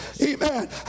Amen